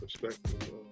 perspective